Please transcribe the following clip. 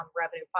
revenue